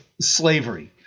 slavery